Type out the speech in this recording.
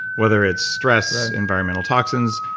whether it's stress, environmental toxins,